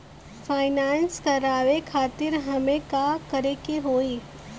Finance करावे खातिर हमें का करे के होई?